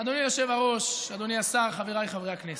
אדוני היושב-ראש, אדוני השר, חבריי חברי הכנסת,